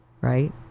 right